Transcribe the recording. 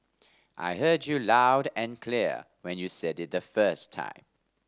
I heard you loud and clear when you said it the first time